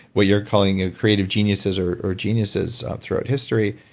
what you're calling ah creative geniuses or or geniuses throughout history,